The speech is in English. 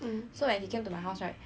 then err